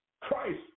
Christ